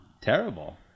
terrible